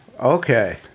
okay